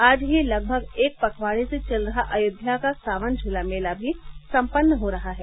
आज ही लगभग एक पखवाड़े से चल रहा अयोध्या का सावन झूला मेला भी सम्पन्न हो रहा है